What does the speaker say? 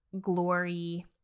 glory